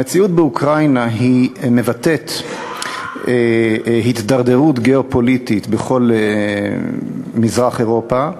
המציאות באוקראינה מבטאת הידרדרות גיאו-פוליטית בכל מזרח אירופה,